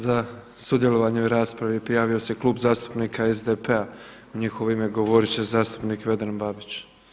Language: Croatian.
Za sudjelovanje u raspravi prijavo se Klub zastupnika SDP-a i u njihovo ime govorit će zastupnik Vedran Babić.